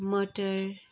मटर